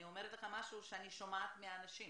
אני אומרת לך משהו שאני שומעת מאנשים,